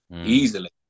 Easily